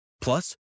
Plus